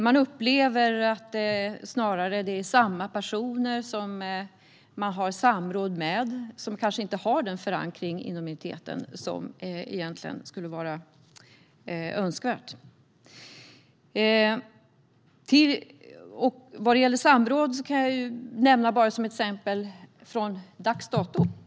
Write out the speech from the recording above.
De upplever att det snarare är samma personer som regeringen har samråd med, och dessa har kanske inte den förankring i minoriteten som egentligen vore önskvärd. När det gäller samråd kan jag nämna ett exempel från dags dato.